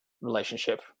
relationship